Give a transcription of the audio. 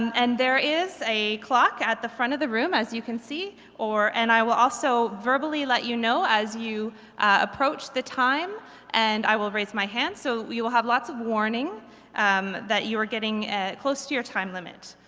and there is a clock at the front of the room as you can see and i will also verbally let you know as you approach the time and i will raise my hand, so you will have lots of warning um that you are getting close to your time limit.